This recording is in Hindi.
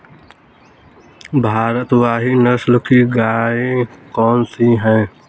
भारवाही नस्ल की गायें कौन सी हैं?